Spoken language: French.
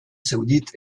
saoudite